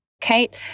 Kate